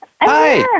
Hi